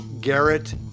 Garrett